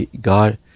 God